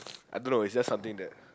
I don't know it's just something that